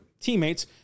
teammates